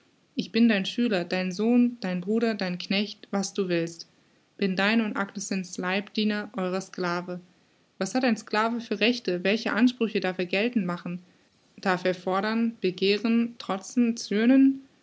lernte bin dein schüler dein sohn dein bruder dein knecht was du willst bin dein und agnesens leibeigner euer sclave was hat ein sclave für rechte welche ansprüche darf er geltend machen darf er fordern begehren trotzen zürnen